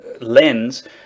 lens